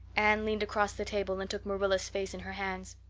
anne leaned across the table and took marilla's face in her hands.